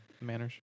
manners